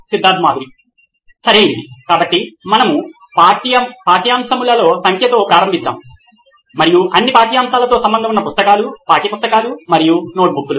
Siddharth Maturi CEO నోయిన్ electronics సరియైనది కాబట్టి మనము పాఠ్యాంశముల సంఖ్యతో ప్రారంభిస్తాము మరియు అన్ని పాఠ్యాంశములతో సంబంధం ఉన్న పుస్తకాలు పాఠ్యపుస్తకాలు మరియు నోట్ బుక్ లు